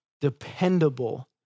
dependable